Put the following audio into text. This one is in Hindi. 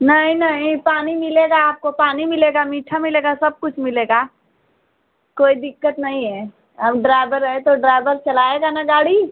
नहीं नहीं पानी मिलेगा आपको पानी मिलेगा मीठा मिलेगा सब कुछ मिलेगा कोई दिक्कत नहीं है अब ड्राइवर रहे तो ड्राइवर चलाएगा ना गाड़ी